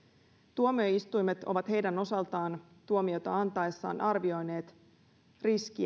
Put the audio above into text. tuomioistuimet ovat heidän osaltaan tuomiota antaessaan arvioineet riskiä